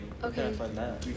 Okay